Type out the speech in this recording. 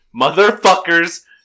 Motherfuckers